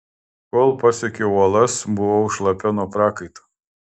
kol pasiekiau uolas buvau šlapia nuo prakaito